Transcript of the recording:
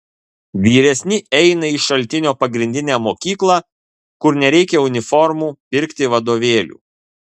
vyresni eina į šaltinio pagrindinę mokyklą kur nereikia uniformų pirkti vadovėlių